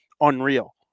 unreal